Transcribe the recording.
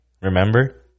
Remember